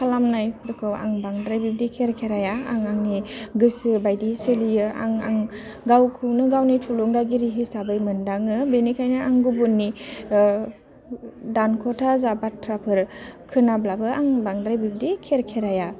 खालामनायफोरखौ आं बांद्राय बिबदि खेरखेराया आं आंनि गोसो बायदि सोलियो आं आं गावखौनो गावनि थिलुंगागिरि हिसाबै मोनदाङो बिनिखायनो आं गुबुननि दानखथा जा बाथ्राफोर खोनाब्लाबो आं बांद्राय बिबदि खेरखेराया